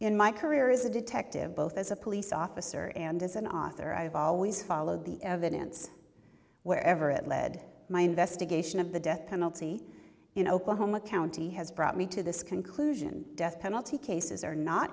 in my career is a detective both as a police officer and as an author i have always followed the evidence wherever it led my investigation of the death penalty in oklahoma county has brought me to this conclusion death penalty cases are not